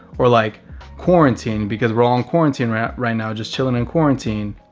or like quarantine, because we're all in quarantine right right now. just chilling in quarantine